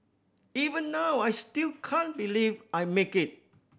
even now I still can't believe I make it